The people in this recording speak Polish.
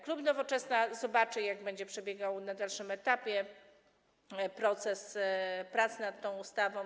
Klub Nowoczesna zobaczy, jak będzie przebiegał na dalszym etapie proces prac nad tą ustawą.